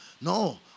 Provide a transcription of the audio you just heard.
no